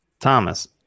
Thomas